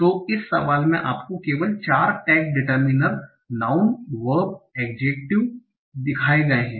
तो इस सवाल में आपको केवल 4 टैग डिटेर्मिनर नाउँन वर्ब और एड्जेक्टिव दिखाए गये है